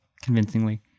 convincingly